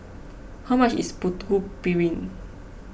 how much is Putu Piring